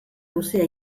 luzea